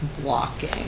blocking